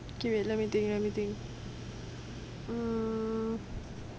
okay wait let me think let me think mm